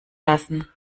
lassen